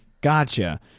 Gotcha